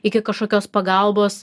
iki kašokios pagalbos